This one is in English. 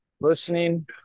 listening